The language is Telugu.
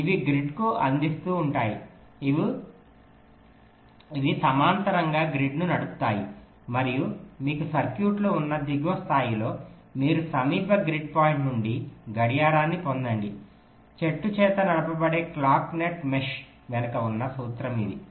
ఇవి గ్రిడ్ కు అందిస్తూవుంటాయి ఇవి సమనంతరంగా గ్రిడ్ను నడుపుతాయి మరియు మీకు సర్క్యూట్లు ఉన్న దిగువ స్థాయిలో మీరు సమీప గ్రిడ్ పాయింట్ నుండి గడియారాన్ని పొందండి చెట్టు చేత నడపబడే క్లాక్ నెట్ మెష్ వెనుక ఉన్న సూత్రం ఇది